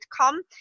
come